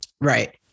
Right